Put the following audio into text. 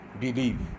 Believe